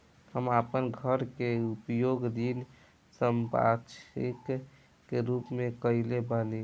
हम आपन घर के उपयोग ऋण संपार्श्विक के रूप में कइले बानी